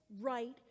right